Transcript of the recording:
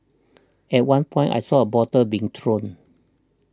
at one point I saw a bottle being thrown